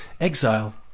exile